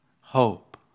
hope